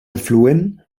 afluent